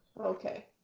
Okay